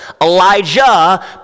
Elijah